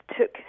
took